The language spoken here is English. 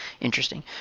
Interesting